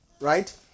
right